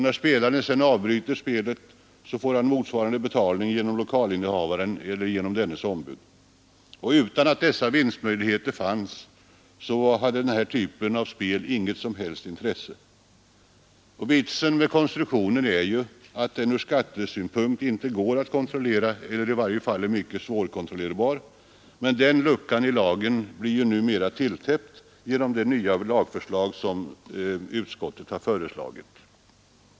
När spelaren sedan avbryter spelet får han motsvarande betalning genom lokalinnehavaren eller genom dennes ombud. Utan att dessa vinstmöjligheter fanns, hade den här typen av spel inget som helst intresse. Vitsen med konstruktionen är ju att den ur skattesynpunkt inte går att kontrollera eller i varje fall är mycket svårkontrollerbar, men den luckan i lagen blir numera tilltäppt genom det nya lagförslag som utskottet har förordat.